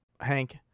Hank